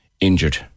injured